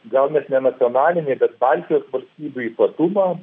gal net ne nacionalinį bet baltijos valstybių ypatumą